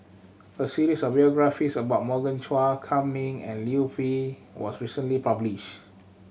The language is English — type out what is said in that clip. a series of biographies about Morgan Chua Kam Ning and Liu Peihe was recently published